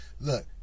Look